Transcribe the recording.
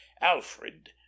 alfred